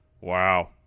Wow